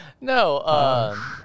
No